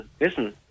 listen